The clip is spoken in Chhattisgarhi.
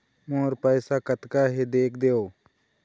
मोर पैसा कतका हे देख देव?